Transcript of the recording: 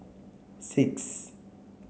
six